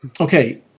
Okay